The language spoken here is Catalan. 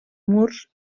murs